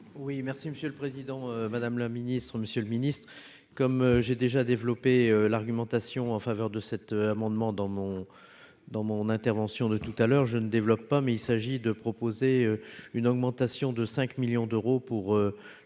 merci Monsieur le Président, Madame la Ministre, Monsieur le Ministre, comme j'ai déjà développé l'argumentation en faveur de cet amendement dans mon dans mon intervention de tout à l'heure je ne développe pas, mais il s'agit de proposer une augmentation de 5 millions d'euros pour